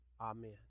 Amen